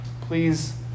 Please